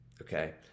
Okay